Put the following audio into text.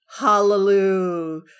hallelujah